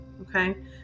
okay